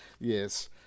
Yes